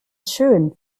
schön